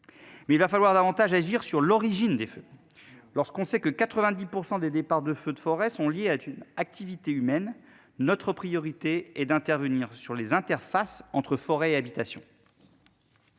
Mais il va falloir davantage agir sur l'origine des feux. Lorsqu'on sait que 90% des départs de feux de forêt sont liés à une activité humaine. Notre priorité est d'intervenir sur les interfaces entre forêts et habitations.